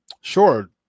sure